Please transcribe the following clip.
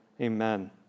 Amen